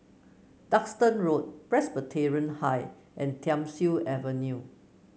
Duxton Road Presbyterian High and Thiam Siew Avenue